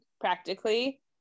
practically